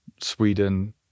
Sweden